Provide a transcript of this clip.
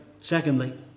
Secondly